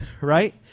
right